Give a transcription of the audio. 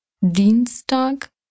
Dienstag